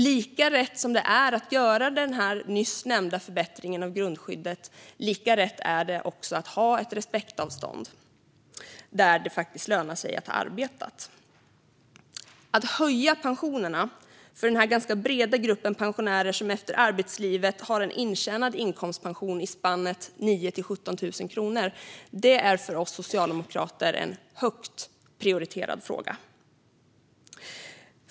Lika rätt som det är att göra den nyss nämnda förbättringen av grundskyddet är det att ha ett respektavstånd, så att det faktiskt lönar sig att ha arbetat. Att höja pensionerna för den ganska breda grupp pensionärer som efter arbetslivet har en intjänad inkomstpension i spannet 9 000-17 000 kronor är för oss socialdemokrater en högt prioriterad fråga.